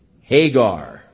Hagar